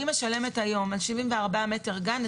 אני משלמת היום על 74 מטרים גן,